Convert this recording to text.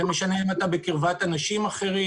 זה משנה אם אתה בקרבת אנשים אחרים.